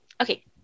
okay